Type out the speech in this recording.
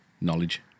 knowledge